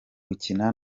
gukina